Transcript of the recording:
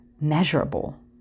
measurable